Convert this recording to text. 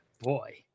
boy